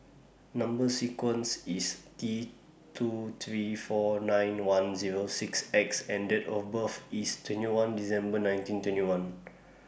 Number sequence IS T two three four nine one Zero six X and Date of birth IS twenty one December nineteen twenty one